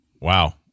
Wow